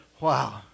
Wow